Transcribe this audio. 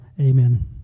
Amen